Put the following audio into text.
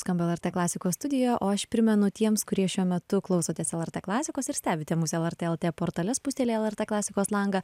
skamba lrt klasikos studijoje o aš primenu tiems kurie šiuo metu klausotės lrt klasikos ir stebite mus lrt lt portale spustelėję lrt klasikos langą